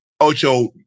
Ocho